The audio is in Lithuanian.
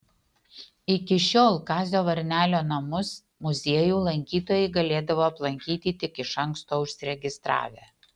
iki šiol kazio varnelio namus muziejų lankytojai galėdavo aplankyti tik iš anksto užsiregistravę